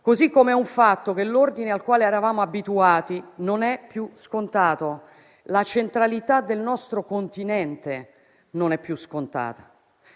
così come lo è che l'ordine al quale eravamo abituati non è più scontato. La centralità del nostro Continente non è più scontata.